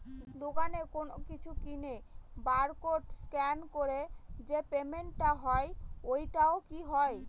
দোকানে কোনো কিছু কিনে বার কোড স্ক্যান করে যে পেমেন্ট টা হয় ওইটাও কি হয়?